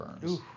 Burns